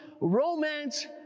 romance